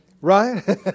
right